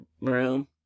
room